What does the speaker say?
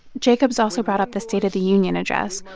jacobs also brought up the state of the union address,